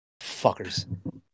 Fuckers